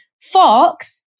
Fox